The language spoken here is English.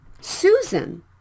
Susan